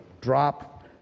Drop